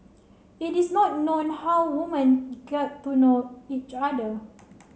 it is not known how women got to know each other